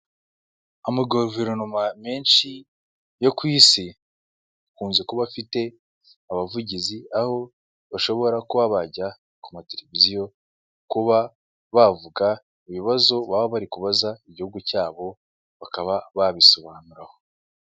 Ama guverinoma menshi yo ku isi, akunze kuba afite abavugizi, aho bashobora kuba bajya ku mateleviziyo kuba bavuga ibibazo baba bari kubaza igihugu cyabo, bakaba babisobanuraho.